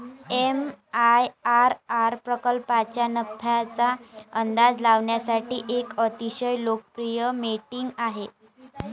MIRR प्रकल्पाच्या नफ्याचा अंदाज लावण्यासाठी एक अतिशय लोकप्रिय मेट्रिक आहे